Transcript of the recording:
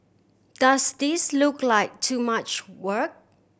does this look like too much work